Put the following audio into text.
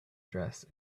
dress